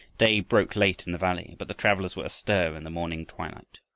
day broke late in the valley, but the travelers were astir in the morning twilight.